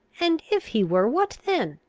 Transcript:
and if he were, what then?